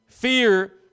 Fear